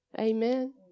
amen